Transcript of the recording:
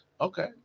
Okay